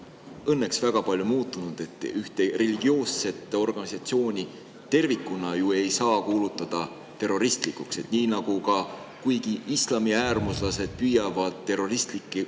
õnneks väga palju muutunud. Ühte religioosset organisatsiooni tervikuna ei saa ju kuulutada terroristlikuks. Samamoodi, kuigi islamiäärmuslased püüavad terroristlike